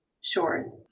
Sure